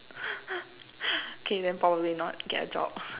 okay then probably not get a job